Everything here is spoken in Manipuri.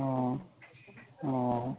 ꯑꯣ ꯑꯣ